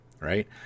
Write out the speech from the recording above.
right